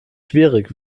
schwierig